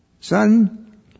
Son